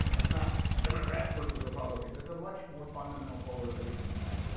you know, is not democrats versus republicans, it's a much more fundamental polarization than that.